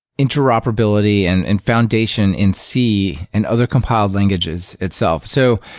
interoperability and and foundation in c and other compiled languages itself. so,